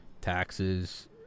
taxes